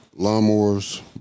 lawnmowers